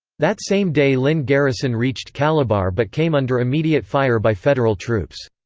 that same day lynn garrison reached calabar but came under immediate fire by federal troops.